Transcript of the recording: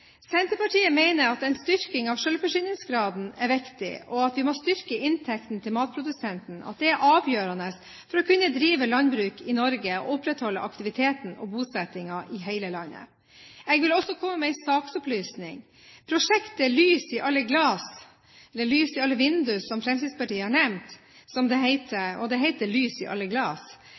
Senterpartiet mener at en styrking av selvforsyningsgraden er viktig, og at det å styrke inntekten til matprodusent er avgjørende for å kunne drive landbruk i Norge og opprettholde aktiviteten og bosettingen i hele landet. Jeg vil også komme med en saksopplysning: Prosjektet «Lys i alle glas», eller «lys i alle vinduer» som Fremskrittspartiet har nevnt – det heter altså «Lys i alle glas»